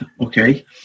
okay